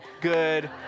Good